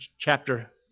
chapter